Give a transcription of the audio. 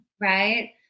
right